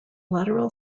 lateral